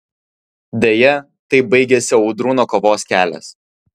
deja taip baigėsi audrūno kovos kelias